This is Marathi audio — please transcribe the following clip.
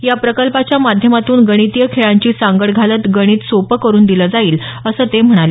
या प्रकल्पाच्या माध्यमातून गणितीय खेळांची सांगड घालत गणित सोपं करुन दिलं जाईल असं ते म्हणाले